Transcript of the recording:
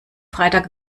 freitag